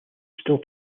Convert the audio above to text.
still